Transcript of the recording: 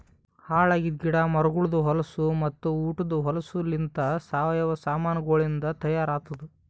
ಹಾಳ್ ಆಗಿದ್ ಗಿಡ ಮರಗೊಳ್ದು ಹೊಲಸು ಮತ್ತ ಉಟದ್ ಹೊಲಸುಲಿಂತ್ ಸಾವಯವ ಸಾಮಾನಗೊಳಿಂದ್ ತೈಯಾರ್ ಆತ್ತುದ್